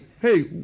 hey